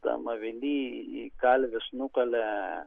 tam avily kalvis nukalė